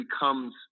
becomes